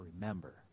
remember